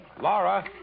Laura